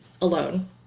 alone